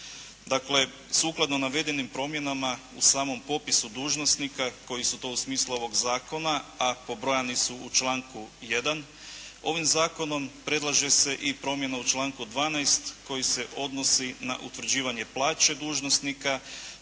Dakle sukladno navedenim promjenama u samom popisu dužnosnika koji su to u smislu ovog zakona, a pobrojani su u članku 1. ovim zakonom predlaže se i promjena u članku 12. koji se odnosi na utvrđivanje plaće dužnosnika